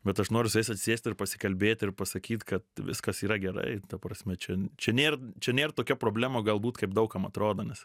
bet aš noriu su jais atsisėst ir pasikalbėti ir pasakyt kad viskas yra gerai ta prasme čia čia nėr čia nėr tokia problema galbūt kaip daug kam atrodo nes